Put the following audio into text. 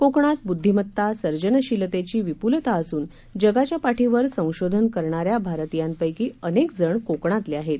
कोकणातबुद्धीमत्ता सर्जनशीलतेचीविपूलताअसूनजगाच्यापाठीवरसंशोधनकरणाऱ्याभारतीयांपैकीअनेकजणकोकणातलेआहेत